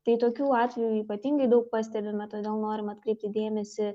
tai tokių atvejų ypatingai daug pastebime todėl norime atkreipti dėmesį